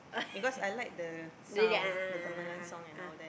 oh the that a'ah a'ah a'ah